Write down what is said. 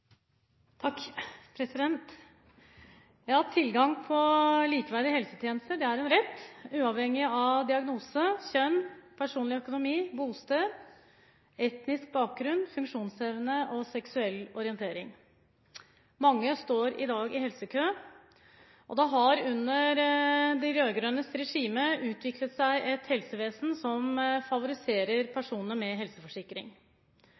en rett, uavhengig av diagnose, kjønn, personlig økonomi, bosted, etnisk bakgrunn, funksjonsevne og seksuell orientering. Mange står i dag i helsekø, og det har under de rød-grønnes regime utviklet seg et helsevesen som favoriserer